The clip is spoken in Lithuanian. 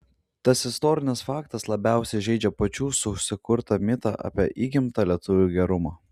tas istorinis faktas labiausiai žeidžia pačių susikurtą mitą apie įgimtą lietuvių gerumą